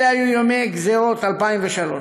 אלה היו ימי גזירות 2003,